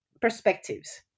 perspectives